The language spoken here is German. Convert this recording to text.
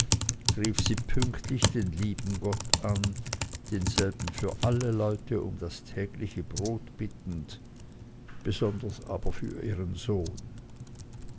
rief sie pünktlich den lieben gott an denselben für alle leute um das tägliche brot bittend besonders aber für ihren sohn